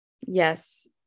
Yes